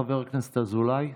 חבר הכנסת אזולאי.